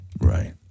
Right